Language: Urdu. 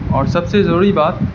اور سب سے ضروری بات